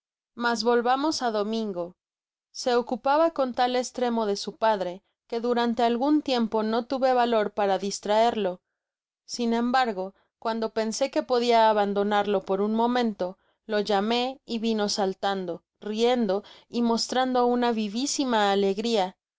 mas volvamos á domingo se ocupaba con tal estremo de su padre que durante algun tiempo no tuve valor para distraerlo sin embargo cuando pensé que podia abandonarlo por un momento lo llamé y vino saltando riendo y mostrando una vivisima alegria